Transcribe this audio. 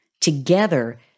Together